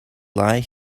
lie